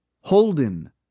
Holden